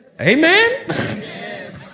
Amen